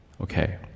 Okay